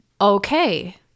Okay